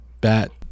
bat